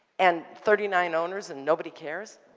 and thirty nine owners and nobody cares.